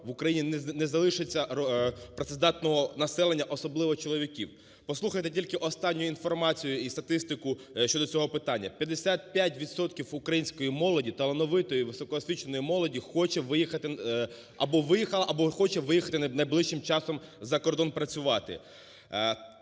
в Україні не залишиться працездатного населення, особливо чоловіків. Послухайте тільки останню інформацію і статистику щодо цього питання. 55 відсотків української молоді талановитої, високоосвіченої молоді, хоче виїхати або виїхала, або хоче виїхати найближчим часом за кордон працювати.